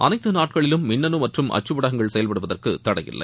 அனைத்து நாட்களிலும் மின்னனு மற்றும் அச்சு ஊடகங்கள் செயல்படுவதற்கு தடையில்லை